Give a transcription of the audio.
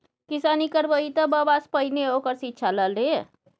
किसानी करबही तँ बबासँ पहिने ओकर शिक्षा ल लए